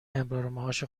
امرارمعاش